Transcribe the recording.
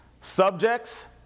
Subjects